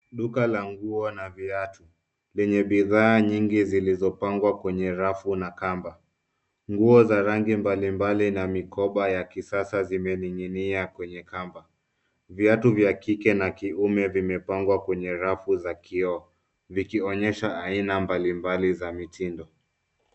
Duka la nguo na viatu lenye bidhaa nyingi zilizopangwa kwenye rafu na kamba. Nguo za rangi mbalimbali na mikoba ya kisasa zimening'inia kwenye kamba. Viatu vya kike na kiume vimepangwa kwenye rafu za kioo vikionyesha aina mbalimbali za mitindo.